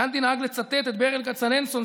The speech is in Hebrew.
גנדי נהג לצטט את ברל כצנלסון,